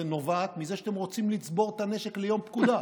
נובעת מזה שאתם רוצים לצבור את הנשק ליום פקודה,